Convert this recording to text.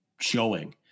showing